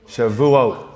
Shavuot